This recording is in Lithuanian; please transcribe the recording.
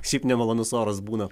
šiaip nemalonus oras būna